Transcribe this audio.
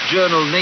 Journal